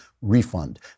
Refund